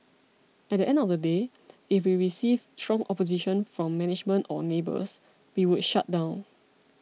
at the end of the day if we received strong opposition from management or neighbours we would shut down